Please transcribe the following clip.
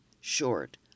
short